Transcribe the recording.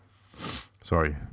sorry